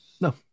No